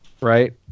Right